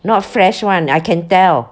not fresh [one] and I can tell